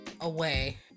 away